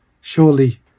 Surely